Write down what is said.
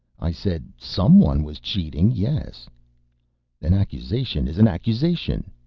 i said someone was cheating, yes an accusation is an accusation.